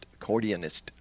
accordionist